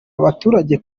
abaturage